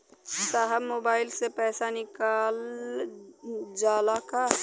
साहब मोबाइल से पैसा निकल जाला का?